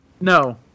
No